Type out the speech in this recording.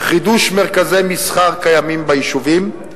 חידוש מרכזי מסחר קיימים ביישובים,